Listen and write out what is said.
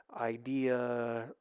idea